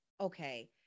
okay